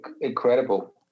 incredible